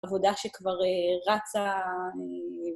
עבודה שכבר רצה...